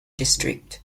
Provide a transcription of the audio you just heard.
district